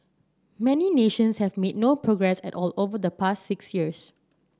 many nations have made no progress at all over the past six years